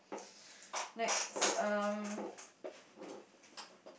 next um